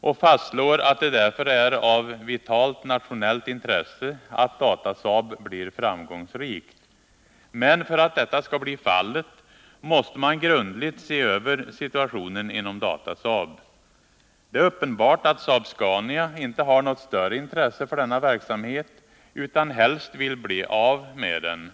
och fastslår att det därför är av vitalt nationellt Tisdagen den intresse att Datasaab blir framgångsrikt. Men för att detta skall bli fallet 10 juni 1980 måste man grundligt se över situationen inom Datasaab. Det är uppenbart att = Saab-Scania inte har något större intresse för denna verksamhet utan helst — Medelstillskott till vill bli av med den.